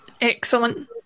excellent